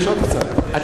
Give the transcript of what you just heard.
מרגש.